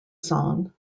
song